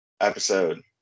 episode